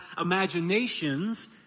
imaginations